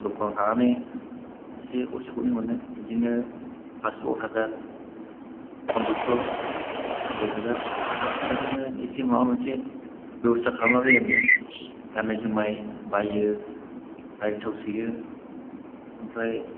दखानाव थानानै इसे गरसे गरनै मोनो बिदिनो फासस' हाजार फन्द्रस' दुइ हाजार बेफोरजोंनो इसे माबा मोनसे बेब'स्था खालामला बायो आङो गाननाय जोमनाय बायो ओमफ्राय थाव सोयो ओमफ्राय